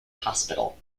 hospital